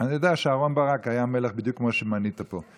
אני יודע שאהרן ברק היה מלך בדיוק כמו שמנית פה.